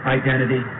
identity